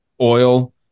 oil